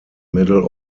middle